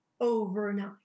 overnight